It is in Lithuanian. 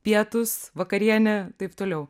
pietūs vakarienė taip toliau